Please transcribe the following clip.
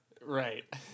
Right